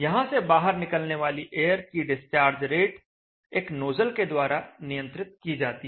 यहां से बाहर निकलने वाली एयर की डिस्चार्ज रेट एक नोजल के द्वारा नियंत्रित की जाती है